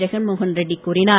ஜெகன்மோகன் ரெட்டி கூறினார்